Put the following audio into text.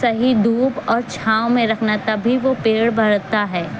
صحیح دھوپ اور چھاؤں میں رکھنا تبھی وہ پیڑ بڑھتا ہے